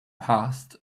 past